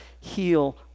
heal